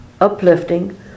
uplifting